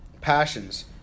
passions